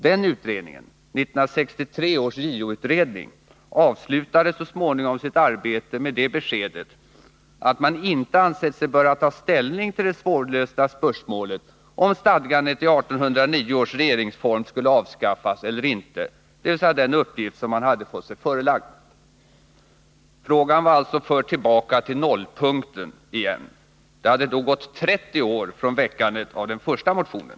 Den Onsdagen den utredningen avslutade så småningom sitt arbete med 18 november 1981 det beskedet att man inte ansett sig böra ta ställning till det svårlösta spörsmålet om stadgandet i 1809 års regeringsform skulle avskaffas eller inte — Förenklad dom —dvs. den uppgift som man fått sig förelagd. Frågan var alltså förd tillbaka till nollpunkten igen. Det hade då gått 30 år från väckandet av den första motionen.